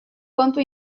kontu